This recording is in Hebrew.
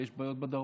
ויש בעיות בדרום.